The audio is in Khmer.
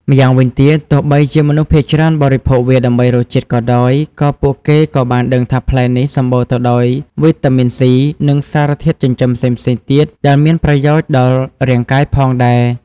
ម្យ៉ាងវិញទៀត ទោះបីជាមនុស្សភាគច្រើនបរិភោគវាដើម្បីរសជាតិក៏ដោយ ក៏ពួកគេក៏បានដឹងថាផ្លែនេះសម្បូរទៅដោយវីតាមីន ស៊ី និងសារធាតុចិញ្ចឹមផ្សេងៗទៀតដែលមានប្រយោជន៍ដល់រាងកាយផងដែរ។